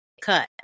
cut